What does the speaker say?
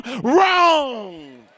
wrong